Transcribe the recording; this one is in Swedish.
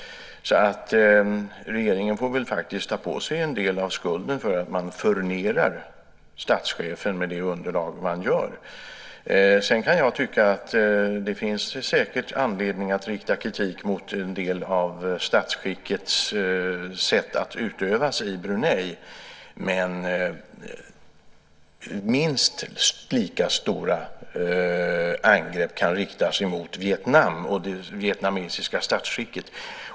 Regeringen får nog faktiskt ta på sig en del av skulden eftersom man furnerar statschefen med underlag. Sedan kan jag tycka att det säkert finns anledning att rikta kritik mot en del av statsskicket i Brunei, men minst lika stora angrepp kan riktas mot Vietnam och det vietnamesiska statsskicket.